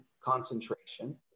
concentration